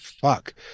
Fuck